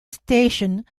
station